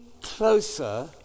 closer